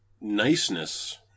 niceness